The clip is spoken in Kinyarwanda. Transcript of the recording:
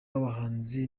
w’abahanzi